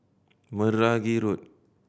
Meragi Road